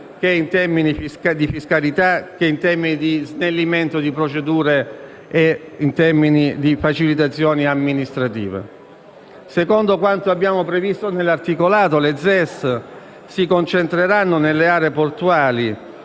economici, di fiscalità, di snellimento di procedure e di facilitazioni amministrative. Secondo quanto abbiamo previsto nell'articolato, le ZES si concentreranno nelle aree portuali